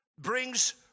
brings